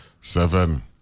Seven